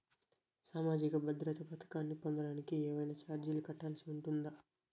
సామాజిక భద్రత పథకాన్ని పొందడానికి ఏవైనా చార్జీలు కట్టాల్సి ఉంటుందా?